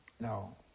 No